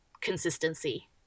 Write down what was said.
consistency